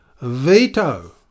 VETO